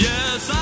Yes